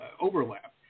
overlap